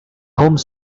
home